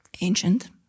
Ancient